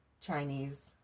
Chinese